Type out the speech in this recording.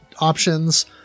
options